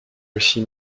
aussi